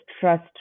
trust